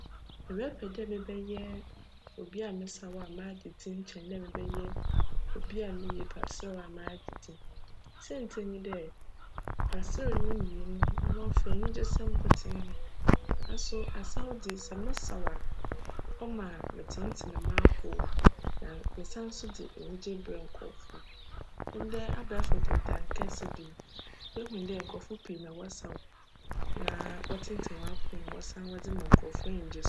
Mebjpj dj mebjyj obi a mesaw a m'agye dzin kyjn dj obi a miyi paserew a m'agye dzin. Siantsir nye dj, paserew ne nyii no, cno cfa enyigyesjm nkotsee naaso asaw dze, sj mesaw a cma metsentsen m'apcw mu na csan so dze enyigye berj nkorcfo. Ndj abajfor ntentjn kjse do ihu dj nkorcfo pii na wcsaw na wctsentsen hcn apcw mu na wcsan wcdze ma nkorcfo enyigye so.